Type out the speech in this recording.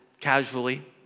casually